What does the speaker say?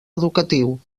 educatiu